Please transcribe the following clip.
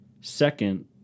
Second